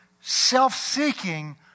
self-seeking